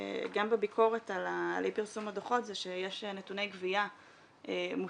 בביקורת על אי פרסום הדוחות זה שיש נתוני גבייה מוטעים,